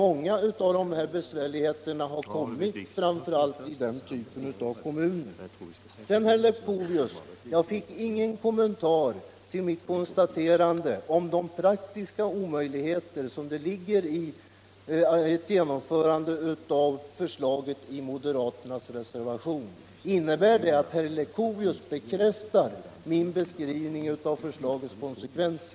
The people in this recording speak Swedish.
Jag fick ingen kommentar från herr Leuchovius till mitt konstaterande av de praktiska omöjligheter som ligger i ett genomförande av förslaget i moderaternas reservation. Innebär det att herr Leuchovius bekräftar min beskrivning av förslagets konsekvenser?